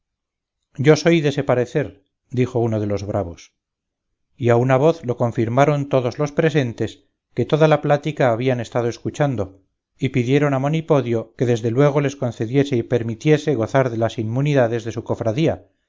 yo soy dese parecer dijo uno de los bravos y a una voz lo confirmaron todos los presentes que toda la plática habían estado escuchando y pidieron a monipodio que desde luego les concediese y permitiese gozar de las inmunidades de su cofradía